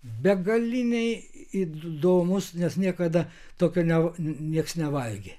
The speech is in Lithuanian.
begaliniai įdomus nes niekada tokio ne nieks nevalgė